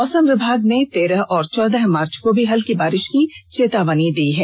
मौसम विभाग ने तेरह और चौदह मार्च को भी हल्की वर्षा की चेतावनी दी है